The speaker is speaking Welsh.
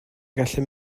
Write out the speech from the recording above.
gallu